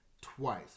twice